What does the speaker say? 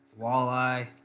walleye